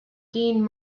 dean